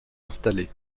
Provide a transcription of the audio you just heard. installé